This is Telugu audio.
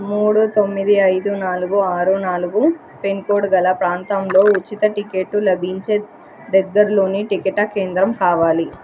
మూడు తొమ్మిది ఐదు నాలుగు ఆరు నాలుగు పిన్ కోడ్ గల ప్రాంతంలో ఉచిత టికెట్టు లభించే దగ్గరలోని టికెట్ కేంద్రం కావాలి